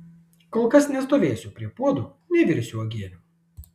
kol kas nestovėsiu prie puodų nevirsiu uogienių